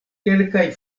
kelkaj